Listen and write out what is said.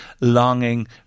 longing